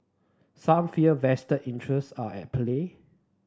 some fear vested interest are at play